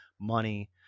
money